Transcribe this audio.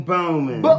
Bowman